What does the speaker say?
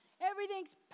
everything's